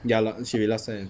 ya la~ should be last sem